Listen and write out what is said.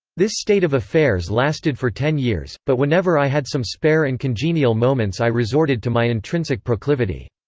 this state of affairs lasted for ten years, but whenever i had some spare and congenial moments i resorted to my intrinsic proclivity.